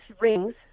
rings